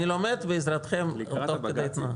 אני לומד בעזרתכם, תוך כדי הזמן.